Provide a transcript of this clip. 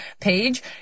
page